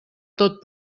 tot